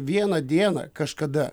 vieną dieną kažkada